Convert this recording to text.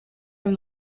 from